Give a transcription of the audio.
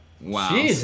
Wow